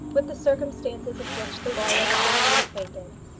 with the circumstances of which the lawyer had been made acquainted.